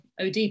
OD